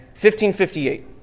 1558